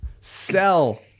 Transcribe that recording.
sell